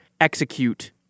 execute